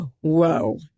whoa